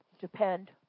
depend